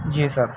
جی سر